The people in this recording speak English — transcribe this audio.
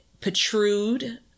protrude